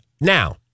Now